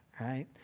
right